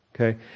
Okay